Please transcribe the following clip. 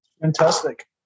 fantastic